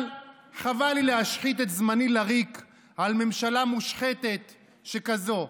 אבל חבל לי להשחית את זמני לריק על ממשלה מושחתת שכזו,